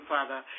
Father